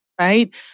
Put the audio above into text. right